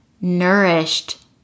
nourished